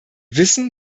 wissen